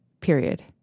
period